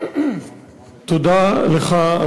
תודה לך,